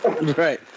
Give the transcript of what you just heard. right